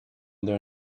their